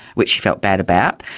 which she felt bad about.